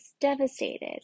devastated